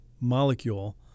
molecule